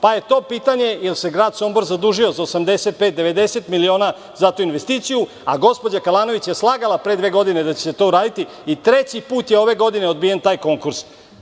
Zatim pitanje da li se grad Sombor zadužio za 85,90 miliona za tu investiciju, a gospođa Kalanović je slagala pre dve godine da će se to raditi i treći put je ove godine odbijen taj konkurs.